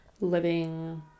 living